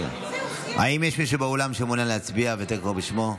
האם יש מישהו באולם שמעוניין להצביע וטרם קראו בשמו?